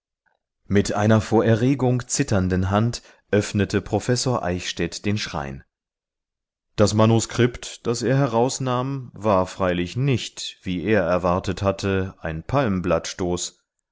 mit einer vor erregung zitternden hand öffnete professor eichstädt den schrein das manuskript das er herausnahm war freilich nicht wie er erwartet hatte ein